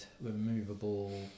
removable